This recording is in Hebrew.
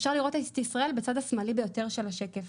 אפשר לראות את ישראל בצד השמאלי ביותר של השקף.